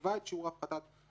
יקבע את שיעור הפחתת הריבית.